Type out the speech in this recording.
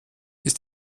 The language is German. ist